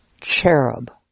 cherub